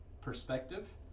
perspective